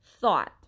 thought